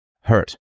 hurt